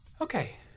Okay